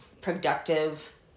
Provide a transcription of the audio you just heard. productive